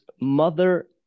Mother